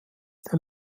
der